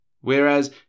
Whereas